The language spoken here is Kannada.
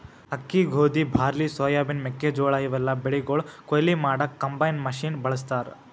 ಅಕ್ಕಿ ಗೋಧಿ ಬಾರ್ಲಿ ಸೋಯಾಬಿನ್ ಮೆಕ್ಕೆಜೋಳಾ ಇವೆಲ್ಲಾ ಬೆಳಿಗೊಳ್ ಕೊಯ್ಲಿ ಮಾಡಕ್ಕ್ ಕಂಬೈನ್ ಮಷಿನ್ ಬಳಸ್ತಾರ್